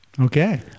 okay